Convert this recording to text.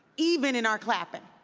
even in our clapping.